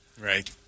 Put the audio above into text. Right